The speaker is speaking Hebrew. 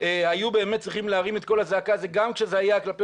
היו צריכים להרים את קול הזעקה הזה גם כשזה היה כלפי